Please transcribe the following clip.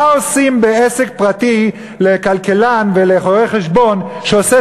מה עושים בעסק פרטי לכלכלן או לרואה-חשבון שעושה